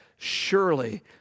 surely